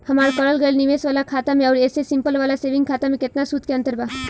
हमार करल गएल निवेश वाला खाता मे आउर ऐसे सिंपल वाला सेविंग खाता मे केतना सूद के अंतर बा?